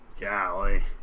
Golly